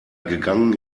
gegangen